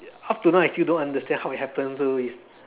up to now I still don't understand how it happen so is